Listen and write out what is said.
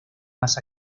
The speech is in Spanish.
más